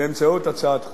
באמצעות הצעת חוק.